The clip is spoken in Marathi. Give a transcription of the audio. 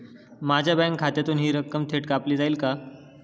माझ्या बँक खात्यातून हि रक्कम थेट कापली जाईल का?